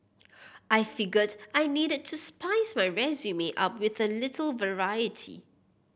I figured I needed to spice my resume up with a little variety